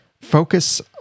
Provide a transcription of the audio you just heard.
focus